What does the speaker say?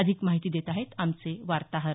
अधिक माहिती देत आहेत आमचे वार्ताहर